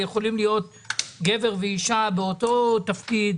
יכולים להיות גבר ואישה באותו תפקיד